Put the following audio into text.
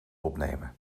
opnemen